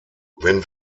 wenn